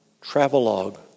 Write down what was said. travelogue